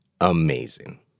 amazing